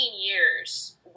years